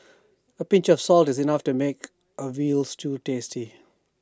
A pinch of salt is enough to make A Veal Stew tasty